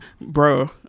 bro